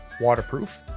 waterproof